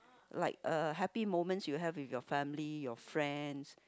like uh happy moments you have with your family your friends